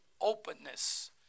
openness